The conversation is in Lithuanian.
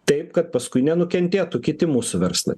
taip kad paskui nenukentėtų kiti mūsų verslai